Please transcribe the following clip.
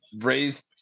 raised